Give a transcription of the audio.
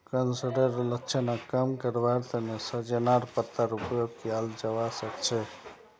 कैंसरेर लक्षणक कम करवार तने सजेनार पत्तार उपयोग कियाल जवा सक्छे